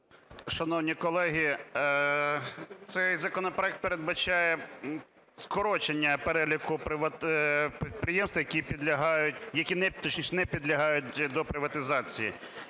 Шановні колеги, цей законопроект передбачає скорочення переліку підприємств, які підлягають… точніше,